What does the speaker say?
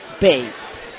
base